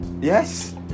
yes